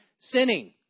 sinning